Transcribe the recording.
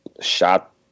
shot